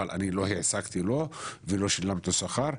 אבל אני לא העסקתי אותו ולא שילמתי לו שכר,